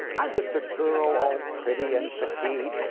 i'm just a girl all pretty and petit.